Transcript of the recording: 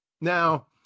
Now